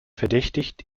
verdächtigt